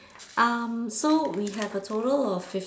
um so we have a total of fif~ err